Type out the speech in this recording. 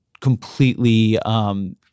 completely –